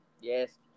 Yes